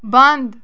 بنٛد